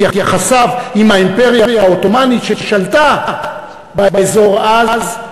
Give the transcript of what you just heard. יחסיו עם האימפריה העות'מאנית ששלטה באזור אז,